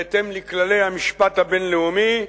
בהתאם לכללי המשפט הבין-לאומי,